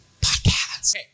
podcast